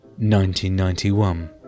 1991